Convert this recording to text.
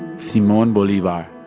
simon bolivar,